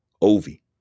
Ovi